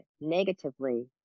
negatively